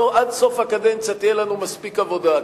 עד סוף הקדנציה תהיה לנו מספיק עבודה,